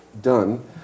done